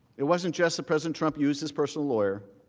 it wasn't just that president trump used his personal lawyer,